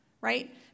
right